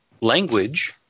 language